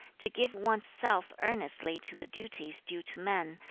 to give one's self earnestly to the duties due to men,